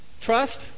trust